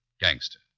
gangster